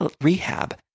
rehab